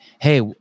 hey